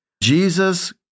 Jesus